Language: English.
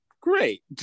Great